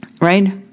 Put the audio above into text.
Right